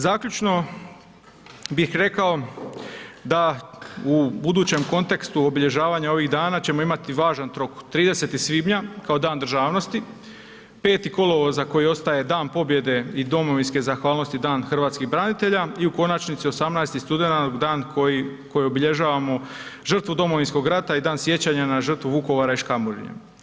Zaključno bih rekao da u budućem kontekstu obilježavanja ovih dana ćemo imati važan ... 30. svibnja kao Dan državnosti, 5. kolovoza koji ostaje Dan pobjede i domovinske zahvalnosti i Dan hrvatskih branitelja i u konačnici 18. studenog dan koji obilježavamo žrtvu Domovinskog rata i Dan sjećanja na žrtvu Vukovara i Škabrnje.